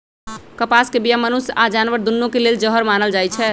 कपास के बीया मनुष्य आऽ जानवर दुन्नों के लेल जहर मानल जाई छै